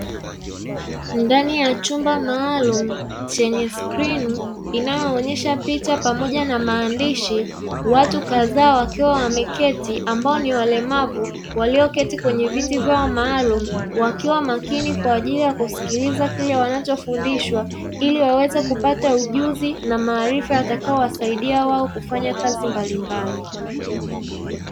Ndani ya chumba maalumu chenye skrini inayoonyesha picha pamoja na maandishi, watu kadhaa wakiwa wameketi ambao ni walemavu walioketi kwenye viti vyao maalumu, wakiwa makini kwa ajili ya kusikiliza kile wanachofundishwa ili waweze kupata ujuzi na maarifa yatakayowasaidia wao kufanya kazi mbalimbali.